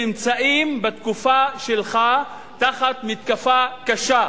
נמצאים בתקופה שלך תחת מתקפה קשה.